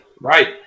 right